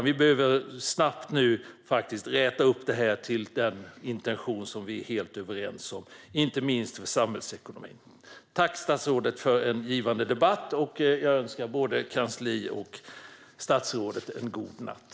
Vi behöver snabbt räta upp detta till den intention som vi är helt överens om, inte minst för samhällsekonomin. Jag tackar statsrådet för en givande debatt och önskar både kansliet och statsrådet en god natt.